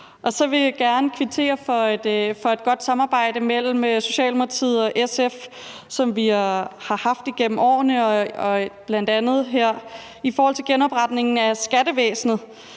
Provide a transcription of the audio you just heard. Og så vil jeg godt kvittere for et godt samarbejde mellem Socialdemokratiet og SF, som vi har haft igennem årene, bl.a. her i forhold til genopretningen af skattevæsenet.